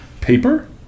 paper